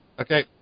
Okay